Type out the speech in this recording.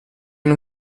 non